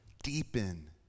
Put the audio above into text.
Deepen